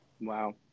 Wow